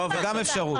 זאת גם אפשרות.